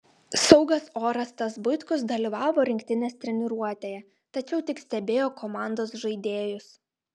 saugas orestas buitkus dalyvavo rinktinės treniruotėje tačiau tik stebėjo komandos žaidėjus